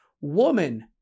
woman